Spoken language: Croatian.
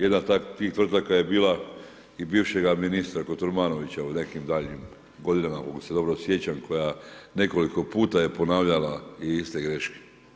Jedna od tih tvrtaka je bila i bivšega ministra Kotromanovića u nekim daljnjim godinama koliko se dobro sjećam koja nekoliko puta je ponavljala i iste greške.